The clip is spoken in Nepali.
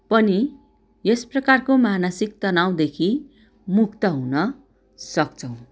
पनि यस प्रकारको मानसिक तनावदेखि मुक्त हुन सक्छौँ